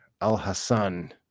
Al-Hassan